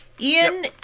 Ian